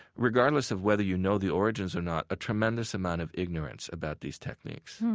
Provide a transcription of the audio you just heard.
regardless of whether you know the origins or not, a tremendous amount of ignorance about these techniques